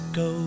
go